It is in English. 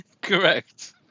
Correct